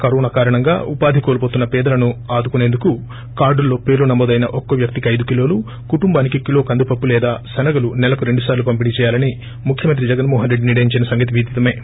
corona కారణంగా ఉపాధి కోల్స్తున్న పేదలను ఆదుకునేందుకు కార్డుల్లో పేర్లు నమోదైన ఒక్కో వ్యక్తికి ఐదు కిలోలు కొటుంబానికి కిలో కందిపప్పు లేదా శనగలు నెలకు రెండుసార్లు పంపిణీ చేయాలని ముఖ్యమంత్రి జగన్మోహన్రెడ్డి నిర్లయించిన సంగతి విదితమే